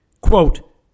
Quote